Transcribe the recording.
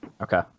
Okay